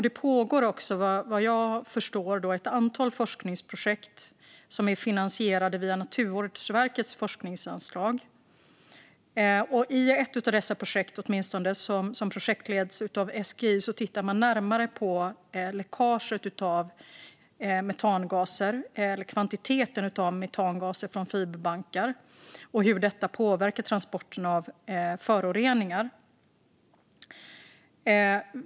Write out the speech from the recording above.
Det pågår, såvitt jag förstår, ett antal forskningsprojekt som finansieras via Naturvårdsverkets forskningsanslag. I åtminstone ett av dessa projekt, som projektleds av SGI, tittar man närmare på läckaget av metangaser eller kvantiteten av metangaser från fiberbankar och hur detta påverkar transporten av föroreningar.